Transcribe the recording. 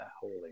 holy